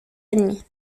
ennemis